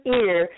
ear